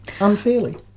unfairly